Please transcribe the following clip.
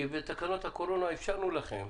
כי בתקנות הקורונה אפשרנו לכם,